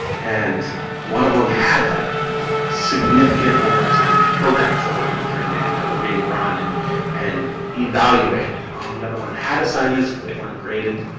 and one of them had like significant homework assignments, programs that were being turned in, that were being run and and evaluated. um the other one had assignments, but they weren't graded.